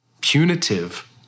punitive